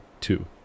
two